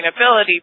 sustainability